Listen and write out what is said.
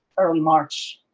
early march.